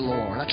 Lord